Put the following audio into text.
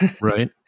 Right